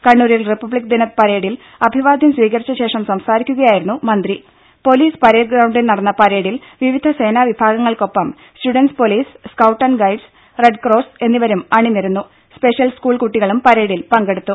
കണ്ണൂരിൽ റിപ്പബ്ലിക്ക് ദിനപരേഡിൽ അഭിവാദ്യം സ്വീകരിച്ചശേഷം സംസാരിക്കുകയായിരുന്നു മന്ത്രി പൊലീസ് പരേഡ് ഗ്രൌണ്ടിൽ നടന്ന പരേഡിൽ വിവിധ സേനാ വിഭാഗങ്ങൾക്ക് ഒപ്പം students police scout and guides red cross എന്നിവരും അണി നിരന്നു സ്പെഷൽ സകൂൾ കുട്ടികളും പരേഡിൽ പങ്കെടുത്തു